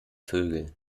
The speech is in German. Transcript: vögel